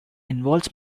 involves